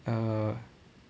err